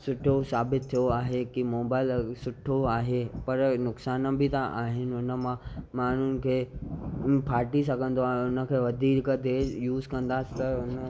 सुठो साबितु थियो आहे की मोबाइल सुठो आहे पर नुक़सानु बि त आहिनि उन मां माण्हुनि खे उ फ़ाटी सघंदो आहे ऐं उखे वधीक देरि यूज़ कंदासि त उन